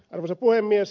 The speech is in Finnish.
arvoisa puhemies